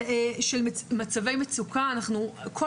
מצבי מצוקה, בקרב ילדים.